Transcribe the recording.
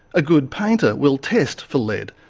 a good painter will test for lead,